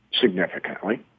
significantly